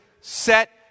set